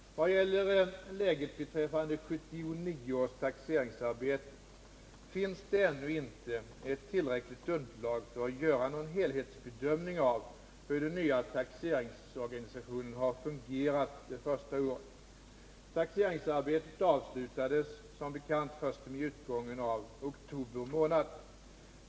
Vad gäller läget beträffande 1979 års taxeringsarbete finns det ännu inte ett tillräckligt underlag för att göra någon helhetsbedömning av hur den nya taxeringsorganisationen har fungerat det första året. Taxeringsarbetet avslutades som bekant först i och med utgången av oktober månad.